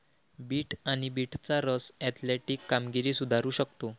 bit आणि बीटचा रस ऍथलेटिक कामगिरी सुधारू शकतो